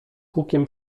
hukiem